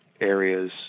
areas